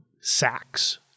sacks